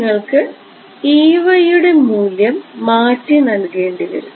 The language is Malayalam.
നിങ്ങൾക്ക് യുടെ മൂല്യം മാറ്റി നൽകേണ്ടിവരും